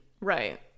Right